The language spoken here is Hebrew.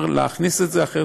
גואטה.